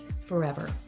forever